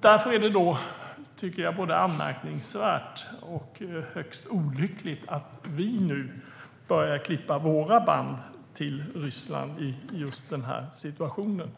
Därför tycker jag att det är både anmärkningsvärt och högst olyckligt att vi börjar klippa våra band till Ryssland i just den här situationen.